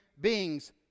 beings